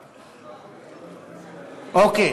הכספים,